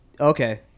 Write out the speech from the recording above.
Okay